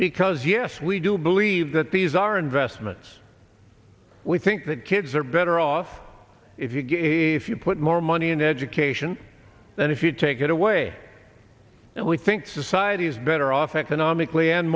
because yes we do believe that these are investments we think that kids are better off if you get a few put more money in education and if you take it away and we think society is better off economically and